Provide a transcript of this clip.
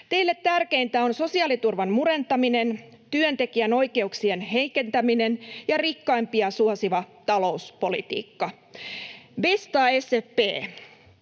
Teille tärkeintä on sosiaaliturvan murentaminen, työntekijän oikeuksien heikentäminen ja rikkaimpia suosiva talouspolitiikka. Bästa SFP,